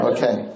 Okay